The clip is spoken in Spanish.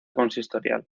consistorial